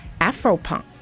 Afropunk